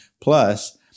Plus